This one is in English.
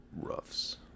Ruffs